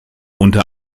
unter